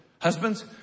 Husbands